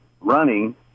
running